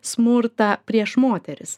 smurtą prieš moteris